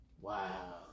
Wow